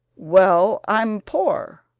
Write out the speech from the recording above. well, i'm poor.